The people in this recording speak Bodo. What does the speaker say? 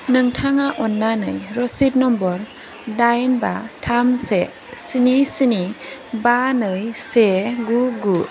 नोंथाङा अन्नानै रसिद नम्बर दाइन बा थाम से स्नि स्नि बा नै से गु गु